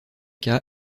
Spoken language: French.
cas